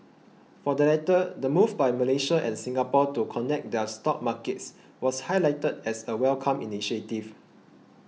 for the latter the move by Malaysia and Singapore to connect their stock markets was highlighted as a welcomed initiative